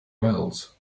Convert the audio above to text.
wales